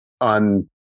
on